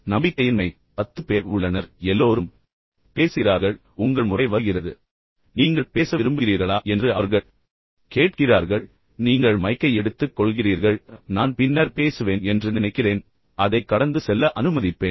நம்பிக்கையின்மை எனவே பத்து பேர் உள்ளனர் பின்னர் எல்லோரும் பேசுகிறார்கள் பின்னர் உங்கள் முறை வருகிறது எனவே நீங்கள் பேச விரும்புகிறீர்களா என்று அவர்கள் கேட்கிறார்கள் நீங்கள் மைக்கை எடுத்துக் கொள்கிறீர்கள் நான் பின்னர் பேசுவேன் என்று நினைக்கிறேன் அதை கடந்து செல்ல அனுமதிப்பேன்